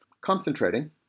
concentrating